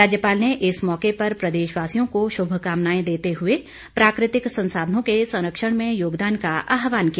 राज्यपाल ने इस मौके पर प्रदेशवासियों को शुभकामनाएं देते हुए प्राकृतिक संसाधनों के संरक्षण में योगदान का आहवान किया